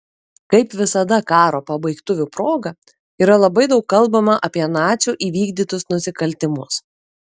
kaip visada karo pabaigtuvių proga yra labai daug kalbama apie nacių įvykdytus nusikaltimus